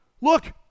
Look